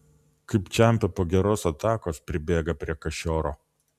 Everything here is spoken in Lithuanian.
kaip čempe po geros atakos pribėga prie kašioro